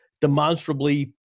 demonstrably